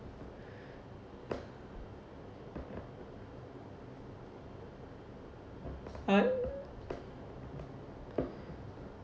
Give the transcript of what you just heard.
uh